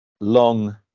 long